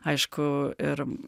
aišku ir